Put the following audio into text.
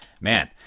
man